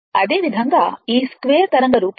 అదేవిధంగా ఈ స్క్వేర్ తరంగ రూపం